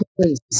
please